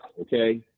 Okay